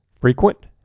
frequent